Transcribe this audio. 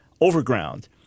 overground